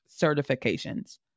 certifications